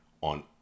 on